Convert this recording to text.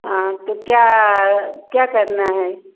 हाँ तो क्या क्या करना है